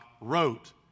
wrote